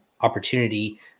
opportunity